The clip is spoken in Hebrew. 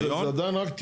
בסדר, זה עדיין על טיוטה.